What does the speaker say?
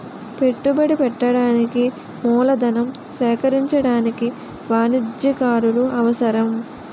పెట్టుబడి పెట్టడానికి మూలధనం సేకరించడానికి వాణిజ్యకారులు అవసరం